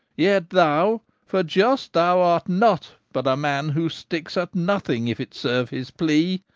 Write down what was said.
yet thou, for just thou art not, but a man who sticks at nothing, if it serve his plea,